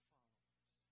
Followers